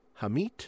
Hamit